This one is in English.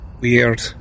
weird